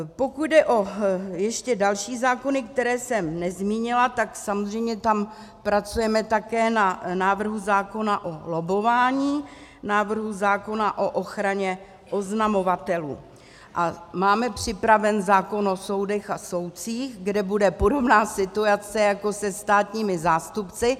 Pokud jde ještě o další zákony, které jsem nezmínila, tak samozřejmě tam pracujeme také na návrhu zákona o lobbování, návrhu zákona o ochraně oznamovatelů a máme připraven zákon o soudech a soudcích, kde bude podobná situace jako se státními zástupci.